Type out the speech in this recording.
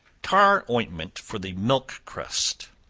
tar ointment for the milk crust.